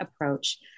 approach